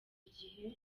igihe